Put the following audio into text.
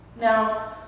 Now